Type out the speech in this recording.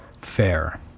fair